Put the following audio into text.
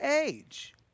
age